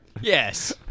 Yes